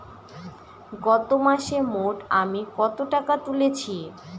গত মাসে মোট আমি কত টাকা তুলেছি?